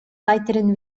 weiteren